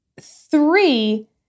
three